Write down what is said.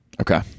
Okay